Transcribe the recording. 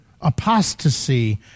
apostasy